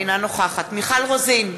אינה נוכחת מיכל רוזין,